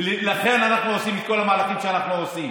ולכן אנחנו עושים את כל המהלכים שאנחנו עושים